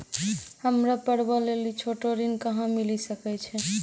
हमरा पर्वो लेली छोटो ऋण कहां मिली सकै छै?